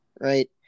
right